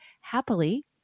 happily